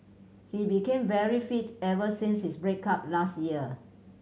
he became very fit ever since his break up last year